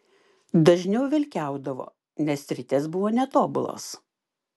dažniau velkiaudavo nes ritės buvo netobulos